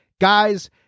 guys